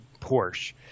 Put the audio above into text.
Porsche